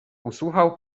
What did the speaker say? usłuchał